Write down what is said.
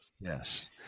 Yes